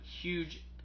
huge